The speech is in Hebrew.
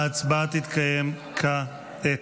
ההצבעה תתקיים כעת.